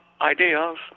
ideas